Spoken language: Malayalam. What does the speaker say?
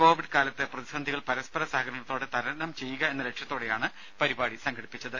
കോവിഡ് കാലത്തെ പ്രതിസന്ധികൾ പരസ്പര സഹകരണത്തോടെ തരണം ചെയ്യുക എന്ന ലക്ഷ്യത്തോടെയാണ് പരിപാടി സംഘടിപ്പിച്ചത്